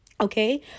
okay